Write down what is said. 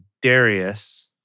Darius